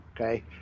okay